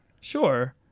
Sure